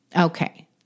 Okay